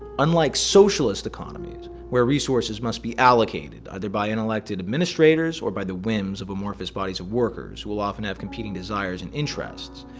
unlike socialist economies where resources must be allocated either by unelected administrators, or by the whims of amorphous bodies of workers who will often have competing desires and interests,